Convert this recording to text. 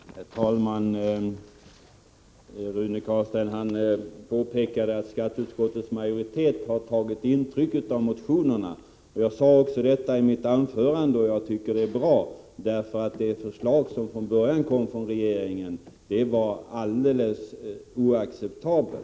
Herr talman! Rune Carlstein påpekade att skatteutskottets majoritet har tagit intryck av motionerna, vilket jag också sade i mitt anförande. Det är bra, därför att det förslag som från början kom från regeringen var helt oacceptabelt.